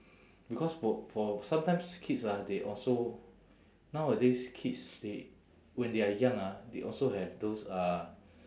because for for sometimes kids ah they also nowadays kids they when they are young ah they also have those uh